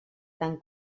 tant